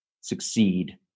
succeed